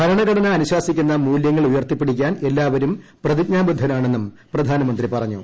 ഭരണഘടന അനുശാസിക്കുന്ന മൂല്യങ്ങൾ ഉയർത്തിപ്പിടിക്കാൻ എല്ലാവരും പ്രതിജ്ഞാബദ്ധരാണെന്നും പ്രധാനമന്ത്രി പറഞ്ഞു